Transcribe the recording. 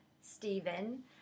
Stephen